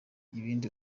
ibindi